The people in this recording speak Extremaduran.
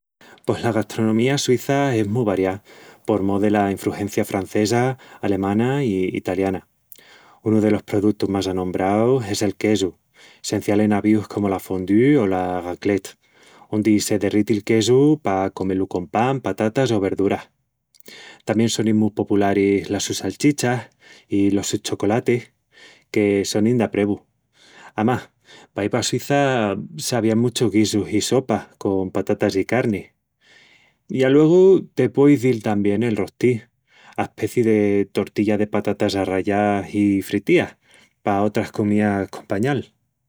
Pos la gastronomía suíça es mu variá por mó dela infrugencia francesa, alemana i italiana. Unu delos produtus más anombraus es el quesu, sencial en avíus como la fondue o la raclette, ondi se derreti'l quesu pa comé-lu con pan, patatas o verduras. Tamién sonin mu popularis las sus salchichas i los sus chocolatis, que sonin d'aprevu. Amás, paí pa Suíça s'avían muchus guisus i sopas con patatas i carnis. I aluegu, te pueu izil tamién el "rosti", aspecii de tortilla de patatas arrallás i fritías, pa otras comías compañal.